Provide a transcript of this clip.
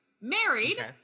Married